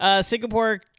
Singapore